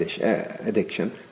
addiction